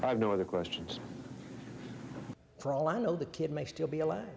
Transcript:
have no other questions for all i know the kid may still be alive